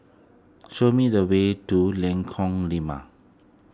show me the way to Lengkong Lima